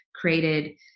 created